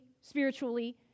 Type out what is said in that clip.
spiritually